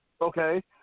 Okay